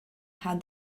how